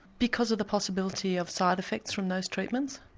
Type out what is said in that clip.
because of the possibility of side effects from those treatments?